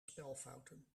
spelfouten